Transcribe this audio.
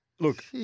Look